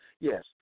Yes